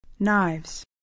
Knives